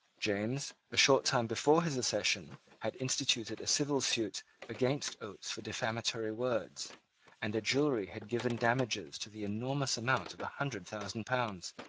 james, a short time before his accession, had instituted a civil suit against oates for defamatory words and a jury had given damages to the enormous amount of a hundred thousand pounds.